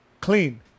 Clean